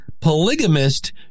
polygamist